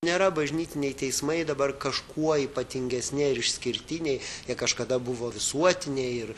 nėra bažnytiniai teismai dabar kažkuo ypatingesni ar išskirtiniai jie kažkada buvo visuotiniai ir